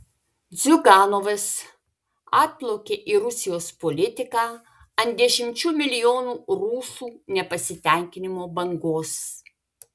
ziuganovas atplaukė į rusijos politiką ant dešimčių milijonų rusų nepasitenkinimo bangos